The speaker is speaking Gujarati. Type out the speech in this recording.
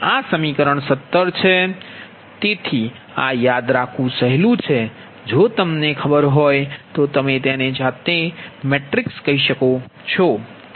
તેથી આ યાદ રાખવું સહેલું છે જો તમને ખબર હોય તો તમે તેને જાતે મેટ્રિક્સ કહો છો